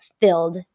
filled